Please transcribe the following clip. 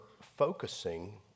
focusing